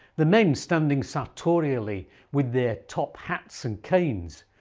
the men standing sartorially with their top hats and canes.